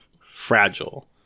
fragile